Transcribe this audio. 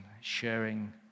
sharing